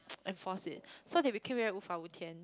enforce it so they became very 无法无天